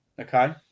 Okay